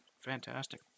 fantastic